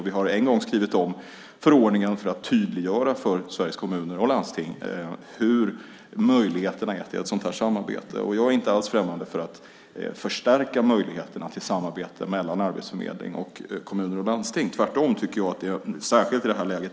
Vi har en gång skrivit om förordningen för att för Sveriges Kommuner och Landsting tydliggöra möjligheterna till ett sådant här samarbete. Jag är inte alls främmande för att stärka möjligheterna till samarbete mellan Arbetsförmedlingen och kommuner och landsting. Tvärtom är det, tycker jag, oerhört viktigt - särskilt i nuläget.